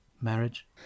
marriage